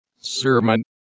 sermon